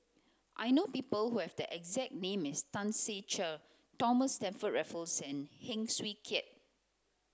I know people who have the exact name as Tan Ser Cher Thomas Stamford Raffles and Heng Swee Keat